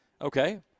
Okay